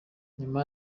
nyuma